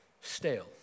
stale